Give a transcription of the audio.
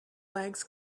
legs